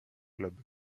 lobes